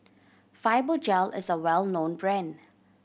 Fibogel is a well known brand